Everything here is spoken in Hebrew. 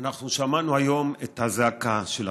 אנחנו שמענו היום את הזעקה של הפצועים,